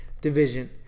division